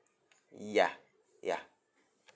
y~ yeah yeah